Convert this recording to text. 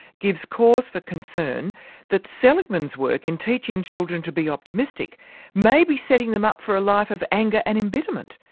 gives cause for concern that seligman's work in teaching children to be optimistic may be setting them up for a life of anger and embitterment.